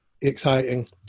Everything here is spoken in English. exciting